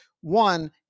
One